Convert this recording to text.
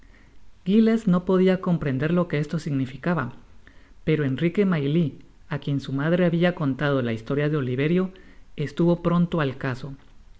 giles no podia comprender lo que esto significaba pero enrique maylie á quien su madre habia contado la historia de oliverio estuvo pronto al caso